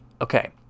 Okay